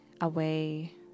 away